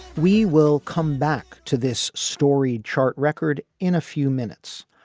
we will come back to this storied chart record in a few minutes.